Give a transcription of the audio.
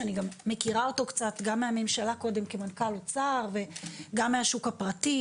שאני גם מכירה אותו קצת גם ממשלה קודם כמנכ"ל אוצר וגם מהשוק הפרטי.